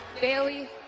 Bailey